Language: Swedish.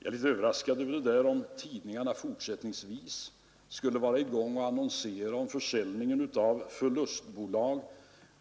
Jag är litet överraskad över talet om att man i tidningarna skulle fortsätta att annonsera om försäljning av förlustbolag.